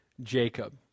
Jacob